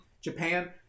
Japan